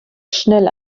schnell